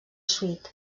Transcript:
suite